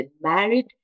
married